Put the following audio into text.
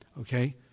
okay